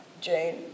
Jane